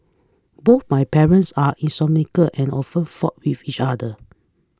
both my parents were insomniac and often fought with each other